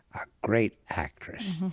a great actress.